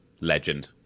legend